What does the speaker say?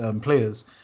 players